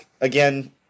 again